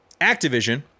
Activision